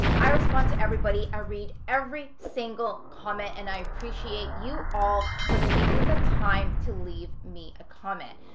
i respond to everybody. i read every single comment and i appreciate you all for taking the time to leave me a comment.